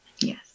Yes